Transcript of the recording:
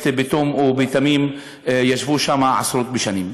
בתום ובתמימות ישבו שם עשרות בשנים.